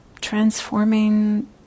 transforming